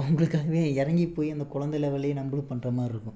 அவங்களுக்காவே இறங்கிப்போய் அந்த கொழந்தை லெவல்லேயே நம்மளும் பண்ணுற மாதிரி இருக்கும்